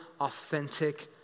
authentic